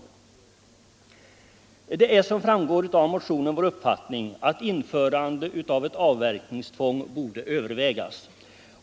Vår uppfattning är som framgår av motionen, att införande av avverkningstvång borde övervägas.